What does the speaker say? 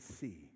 see